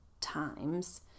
times